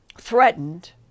threatened